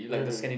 hmm